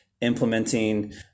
implementing